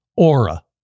A-U-R-A